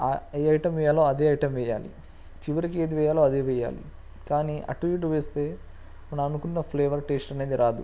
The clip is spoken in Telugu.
ఆ ఏ ఐటమ్ వేయాలో అదే ఐటమ్ వేయాలి చివరికి ఏది వేయాలో అదే వేయాలి కానీ అటు ఇటు వేస్తే మనం అనుకున్న ఫ్లేవర్ టేస్ట్ అనేది రాదు